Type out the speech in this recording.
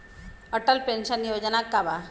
Atal pension Yojana का बा?